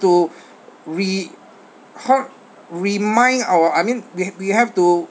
to re~ ho~ remind our I mean we we have to